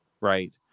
Right